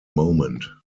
moment